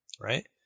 Right